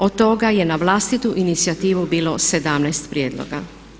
Od toga je na vlastitu inicijativu bilo 17 prijedloga.